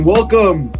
Welcome